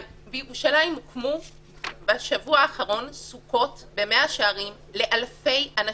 בשבוע האחרון הוקמו במאה שערים בירושלים סוכות לאלפי אנשים.